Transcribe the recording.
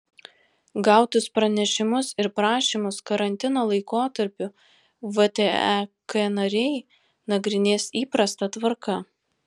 gautus pranešimus ir prašymus karantino laikotarpiu vtek nariai nagrinės įprasta tvarka